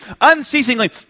unceasingly